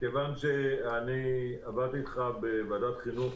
כיוון שעבדתי איתך בוועדת חינוך